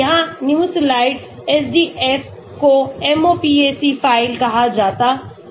यहाँ Nimesulide SDF को MOPAC file कहा जाता है